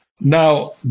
Now